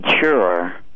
sure